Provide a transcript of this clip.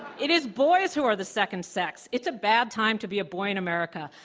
it is boys who are the second sex. it's a bad time to be a boy in america.